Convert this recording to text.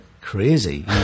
crazy